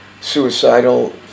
suicidal